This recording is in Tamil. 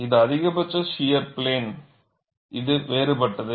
இது அதிகபட்ச ஷியர் பிளேன் இது வேறுபட்டது